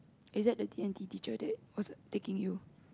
is that the D-and-T teacher that was taking you